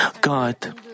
God